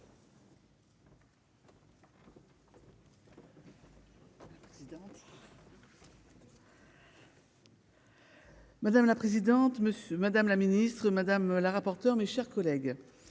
Madame la présidente, monsieur, madame la ministre, madame la rapporteure, mes chers collègues,